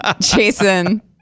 Jason